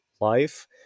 life